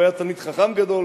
והוא היה תלמיד חכם גדול,